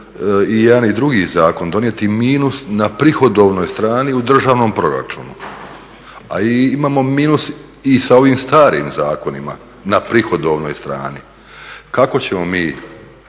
i jedan i drugi zakon donijeti minus na prihodovnoj strani u državnom proračunu, a imamo minus i sa ovim starim zakonima na prihodovnoj strani. Kako ćemo mi